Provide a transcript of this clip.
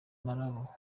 amarobo